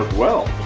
well!